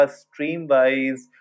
stream-wise